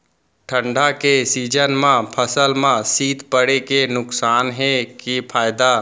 ठंडा के सीजन मा फसल मा शीत पड़े के नुकसान हे कि फायदा?